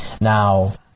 Now